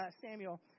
Samuel